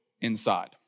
inside